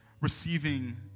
receiving